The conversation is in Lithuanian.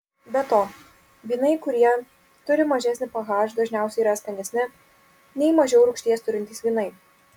be to vynai kurie turi mažesnį ph dažniausiai yra skanesni nei mažiau rūgšties turintys vynai